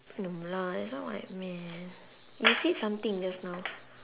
no lah that's not what I meant you said something just now